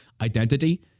identity